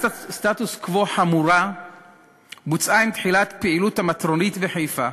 סטטוס-קוו חמורה בוצעה עם תחילת פעילות המטרונית בחיפה,